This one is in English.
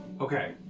okay